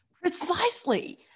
Precisely